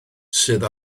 sydd